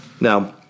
Now—